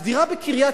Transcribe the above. אז דירה בקריית-אונו,